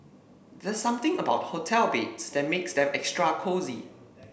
there's something about hotel beds that makes them extra cosy